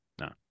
No